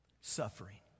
suffering